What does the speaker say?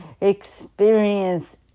experience